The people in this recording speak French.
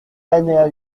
l’alinéa